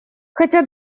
хотя